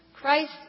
Christ